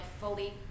fully